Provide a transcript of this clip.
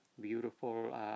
beautiful